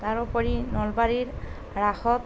তাৰ উপৰি নলবাৰীৰ ৰাসত